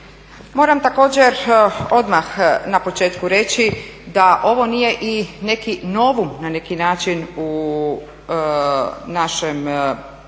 Moram također odmah na početku reći da ovo nije i neki novum na neki način u našem penalnom